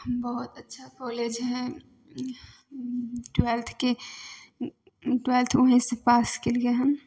बहुत अच्छा कॉलेज हइ ट्वेल्थके ट्वेल्थ ओएहेसँ पास कयलियै हन